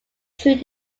true